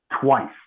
twice